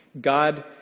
God